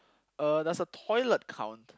uh does the toilet count